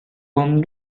con